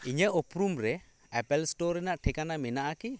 ᱤᱧᱟᱹᱜ ᱩᱯᱨᱩᱢ ᱨᱮ ᱮᱯᱚᱞ ᱥᱴᱳᱨ ᱨᱮᱱᱟᱜ ᱴᱷᱤᱠᱟᱹᱱᱟ ᱢᱮᱱᱟᱜᱼᱟ ᱠᱤ